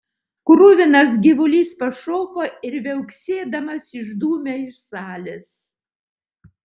kruvinas gyvulys pašoko ir viauksėdamas išdūmė iš salės